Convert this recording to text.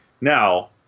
Now